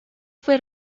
fue